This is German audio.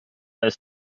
ist